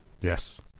yes